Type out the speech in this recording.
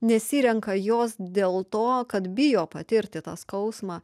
nesirenka jos dėl to kad bijo patirti tą skausmą